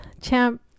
champ